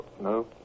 no